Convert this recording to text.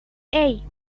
hey